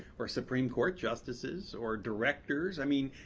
or supreme court justices, or directors. i mean,